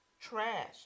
trash